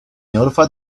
notified